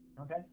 Okay